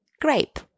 Grape